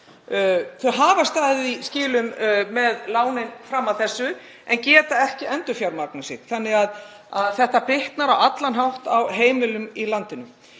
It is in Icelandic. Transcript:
Þau hafa staðið í skilum með lánin fram að þessu en geta ekki endurfjármagnað sig. Því bitnar þetta á allan hátt á heimilum í landinu.